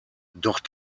doch